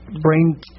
brain